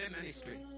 ministry